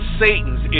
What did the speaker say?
satan's